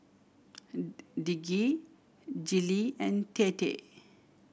Lige Gillie and Tate